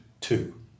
two